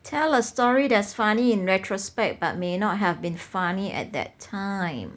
tell a story that is funny in retrospect but may not have been funny at that time